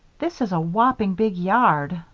this is a whopping big yard,